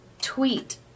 tweet